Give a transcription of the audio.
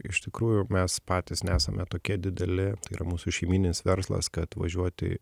iš tikrųjų mes patys nesame tokie dideli yra mūsų šeimyninis verslas kad važiuoti